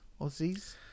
Aussies